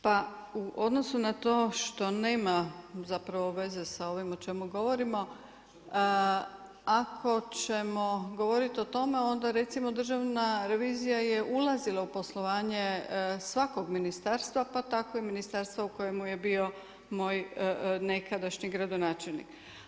Pa u odnosu na to što nema zapravo veze sa ovim o čemu govorimo, ako ćemo govoriti o tome onda recimo Državna revizija je ulazila u poslovanje svakog ministarstva pa tako i ministarstva u kojemu je bio moj nekadašnji gradonačelnik.